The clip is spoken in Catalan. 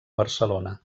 barcelona